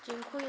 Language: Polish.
Dziękuję.